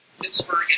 Pittsburgh